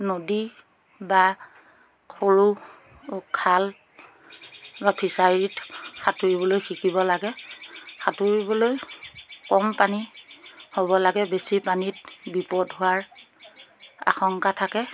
নদী বা সৰু খাল বা ফিচাৰীত সাঁতুৰিবলৈ শিকিব লাগে সাঁতুৰিবলৈ কম পানী হ'ব লাগে বেছি পানীত বিপদ হোৱাৰ আশংকা থাকে